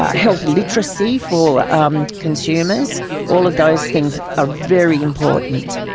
health literacy for um consumers all of those things are very important.